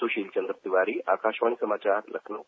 सुशील चन्द्र तिवारी आकाशवाणी समाचार लखनऊ